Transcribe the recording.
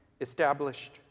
established